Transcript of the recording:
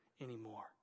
anymore